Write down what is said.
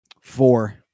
four